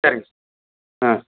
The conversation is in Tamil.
சரிங்க ஆ